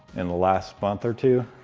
in the last month or two.